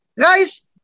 guys